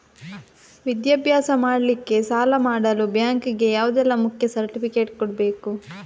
ವಿದ್ಯಾಭ್ಯಾಸ ಮಾಡ್ಲಿಕ್ಕೆ ಸಾಲ ಮಾಡಲು ಬ್ಯಾಂಕ್ ಗೆ ಯಾವುದೆಲ್ಲ ಮುಖ್ಯ ಸರ್ಟಿಫಿಕೇಟ್ ಕೊಡ್ಬೇಕು?